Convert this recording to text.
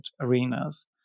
arenas